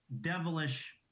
devilish